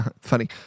Funny